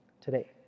today